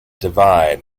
divide